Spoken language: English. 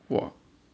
!whoa!